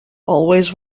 always